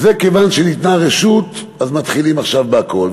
כיוון שניתנה הרשות, אז מתחילים עכשיו בהכול.